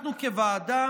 אנחנו כוועדה